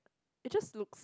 it just looks